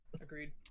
Agreed